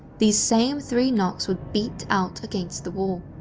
these same three knocks would beat out against the wall.